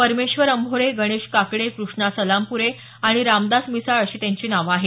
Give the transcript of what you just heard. परमेश्वर अंभोरे गणेश काकडे कृष्णा सलामपूरे आणि रामदास मिसाळ अशी त्यांची नावे आहेत